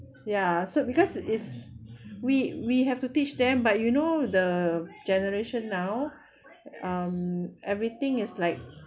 ya so because is we we have to teach them but you know the generation now um everything is like